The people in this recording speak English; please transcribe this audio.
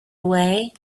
away